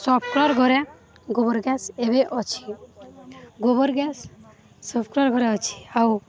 ଘରେ ଗୋବର ଗ୍ୟାସ୍ ଏବେ ଅଛି ଗୋବର ଗ୍ୟାସ୍ ଘରେ ଅଛି ଆଉ